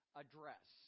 address